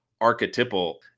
archetypal